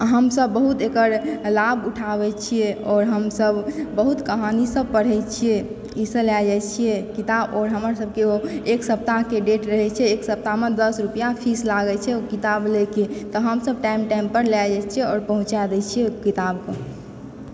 हमसभ बहुत एकर लाभ उठाबै छियै आओर हमसभ बहुत कहानी सब पढ़ै छियै एहि सऽ लय जाइ छियै किताब हमरसभके एक सप्ताह के डेट रहै छै एक सप्ताहमे दस रुपआ फीस लागै छै ओ किताब लऽ के तऽ हमसभ टाइम टाइम पर लऽ जाइ छियै आओर पहुँचा दै छियै ओ किताब के